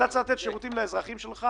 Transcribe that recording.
אתה צריך לתת שירותים לאזרחים שלך.